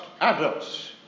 adults